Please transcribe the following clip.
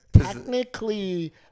Technically